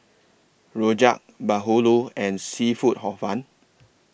Rojak Bahulu and Seafood Hor Fun